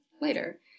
later